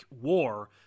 war